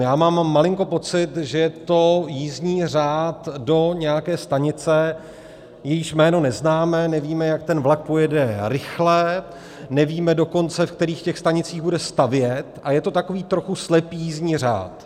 Já mám malinko pocit, že je to jízdní řád do nějaké stanice, jejíž jméno neznáme, nevíme, jak ten vlak pojede rychle, nevíme dokonce, v kterých těch stanicích bude stavět, a je to tak trochu slepý jízdní řád.